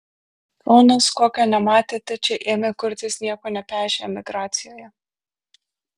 kaunas kokio nematėte čia ėmė kurtis nieko nepešę emigracijoje